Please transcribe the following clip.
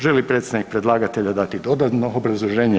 Želi li predstavnik predlagatelja dati dodatno obrazloženje?